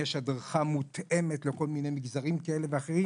הדרכה מותאמת לכל מיני מגזרים כאלה ואחרים.